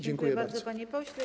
Dziękuję bardzo, panie pośle.